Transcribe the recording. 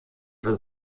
für